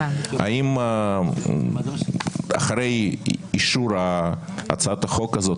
האם אחרי אישור הצעת החוק הזאת,